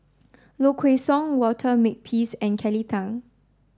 Low Kway Song Walter Makepeace and Kelly Tang